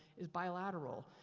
is bilateral.